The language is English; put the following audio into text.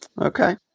Okay